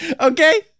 Okay